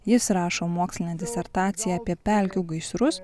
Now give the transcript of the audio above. jis rašo mokslinę disertaciją apie pelkių gaisrus